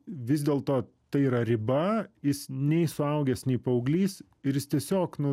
vis dėlto tai yra riba jis nei suaugęs nei paauglys ir jis tiesiog nu